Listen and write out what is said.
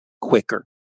quicker